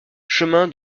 chemin